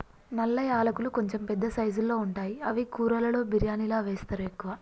నల్ల యాలకులు కొంచెం పెద్ద సైజుల్లో ఉంటాయి అవి కూరలలో బిర్యానిలా వేస్తరు ఎక్కువ